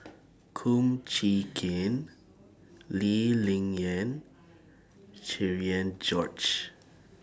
Kum Chee Kin Lee Ling Yen Cherian George